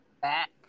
back